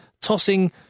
tossing